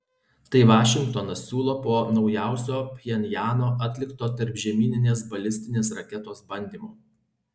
tai vašingtonas siūlo po naujausio pchenjano atlikto tarpžemyninės balistinės raketos bandymo